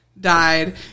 died